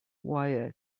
wire